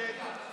מי